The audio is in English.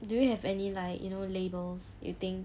do you have any like you know labels you think